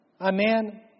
Amen